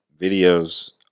videos